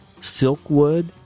Silkwood